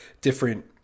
different